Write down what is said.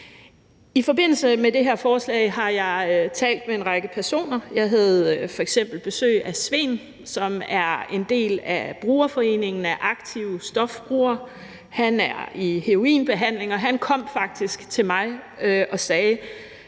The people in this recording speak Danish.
I forbindelse med det her forslag har jeg talt med en række personer. Jeg havde f.eks. besøg af Sven, som er en del af BrugerForeningen for aktive stofbrugere. Han er i heroinbehandling, og han kom faktisk til mig og sagde: